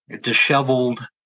disheveled